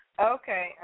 Okay